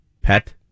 pet